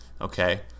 Okay